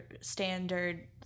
standard